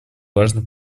важно